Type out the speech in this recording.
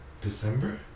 December